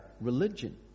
religion